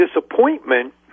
disappointment